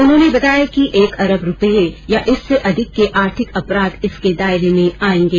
उन्होंने बताया कि एक अरब रुपये या इससे अधिक के आर्थिक अपराध इसके दायरे में आएंगे